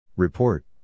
Report